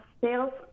sales